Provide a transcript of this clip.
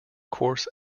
coarse